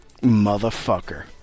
Motherfucker